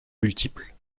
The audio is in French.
multiples